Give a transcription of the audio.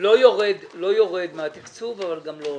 לא יורד מהתקצוב אבל גם לא עולה.